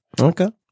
Okay